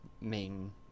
main